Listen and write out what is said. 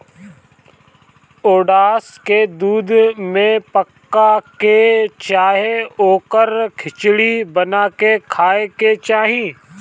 oats के दूध में पका के चाहे ओकर खिचड़ी बना के खाए के चाही